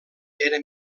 era